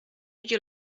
you